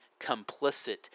complicit